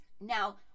Now